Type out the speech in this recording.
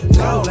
go